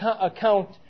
account